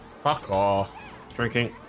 fuck off drinking